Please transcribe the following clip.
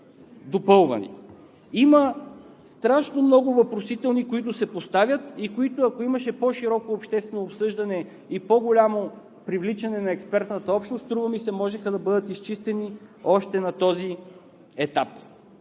Има страшно много въпросителни, които се поставят и които ако имаше по-широко обществено обсъждане и по-голямо привличане на експертната общност, струва ми се можеха да бъдат изчистени още на този етап.